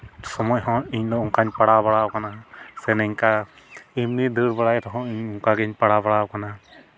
ᱥᱚᱢᱚᱭ ᱦᱚᱸ ᱤᱧ ᱫᱚ ᱚᱝᱠᱟᱧ ᱯᱟᱲᱟᱣ ᱵᱟᱲᱟᱣ ᱠᱟᱱᱟ ᱥᱮ ᱱᱤᱝᱠᱟ ᱤᱢᱱᱤ ᱫᱟᱹᱲ ᱵᱟᱲᱟᱭ ᱨᱮᱦᱚᱸ ᱤᱧ ᱚᱱᱠᱟᱜᱤᱧ ᱯᱟᱲᱟᱣ ᱵᱟᱲᱟᱣ ᱠᱟᱱᱟ